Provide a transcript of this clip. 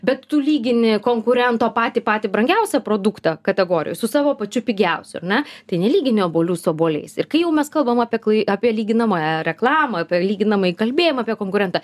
bet tu lygini konkurento patį patį brangiausią produktą kategorijoj su savo pačiu pigiausiu ar ne tai nelygini obuolių su obuoliais ir kai jau mes kalbam apie klai apie lyginamąją reklamą apie lyginamąjį kalbėjimą apie konkurentą